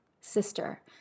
sister